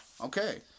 Okay